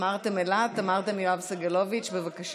אמרתם אילת, אמרתם יואב סגלוביץ', בבקשה.